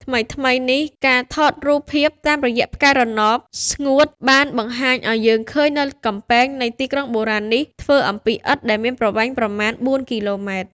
ថ្មីៗនេះ ការថតរូបភាពតាមរយៈផ្កាយរណប (ស្ងួត) បានបង្ហាញឱ្យយើងឃើញនូវកំពែងនៃទីក្រុងបុរាណនេះ ធ្វើអំពីឥដ្ឋដែលមានប្រវែង ប្រមាណ ៤គីឡូម៉ែត្រ ។